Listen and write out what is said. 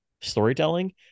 storytelling